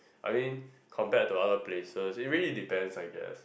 I mean compare to other places maybe it depend I guess